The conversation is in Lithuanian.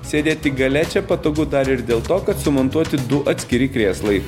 sėdėti gale čia patogu dar ir dėl to kad sumontuoti du atskiri krėslai